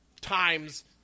times